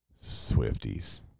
Swifties